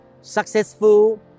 successful